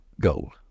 goal